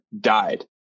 died